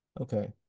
Okay